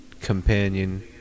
companion